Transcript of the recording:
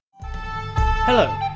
Hello